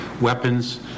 weapons